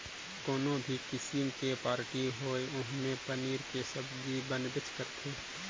कोनो भी किसिम के पारटी होये ओम्हे पनीर के सब्जी बनबेच करथे